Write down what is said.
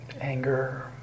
anger